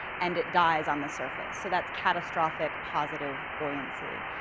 and it dies on the surface, so that's catastrophic positive buoyancy.